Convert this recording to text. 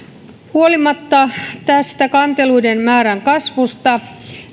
huolimatta tästä kanteluiden määrän kasvusta